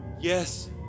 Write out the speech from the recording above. Yes